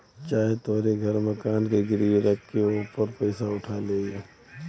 चाहे तोहरे घर मकान के गिरवी रख के ओपर पइसा उठा लेई